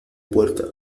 puerta